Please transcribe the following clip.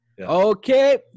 Okay